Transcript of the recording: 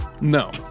No